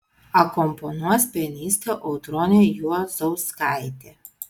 akompanuos pianistė audronė juozauskaitė